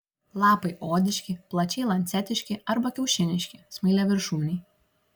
lapai odiški plačiai lancetiški arba kiaušiniški smailiaviršūniai